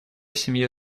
семье